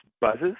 buzzes